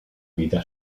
vida